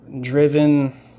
driven